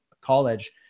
college